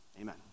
Amen